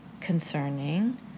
concerning